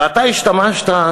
ואתה השתמשת,